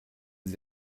sie